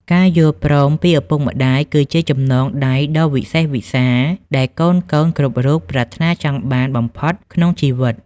ការយល់ព្រមពីឪពុកម្ដាយគឺជាចំណងដៃដ៏វិសេសវិសាល ដែលកូនៗគ្រប់រូបប្រាថ្នាចង់បានបំផុតក្នុងជីវិត។